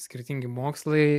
skirtingi mokslai